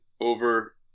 over